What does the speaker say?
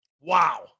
Wow